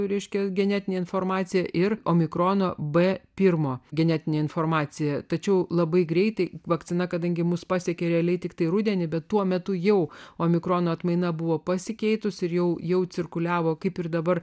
vyriškio genetinė informacija ir omikrono b pirmo genetinė informacija tačiau labai greitai vakcina kadangi mus pasiekė realiai tiktai rudenį bet tuo metu jau o mikrono atmaina buvo pasikeitusi ir jau jau cirkuliavo kaip ir dabar